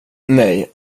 nej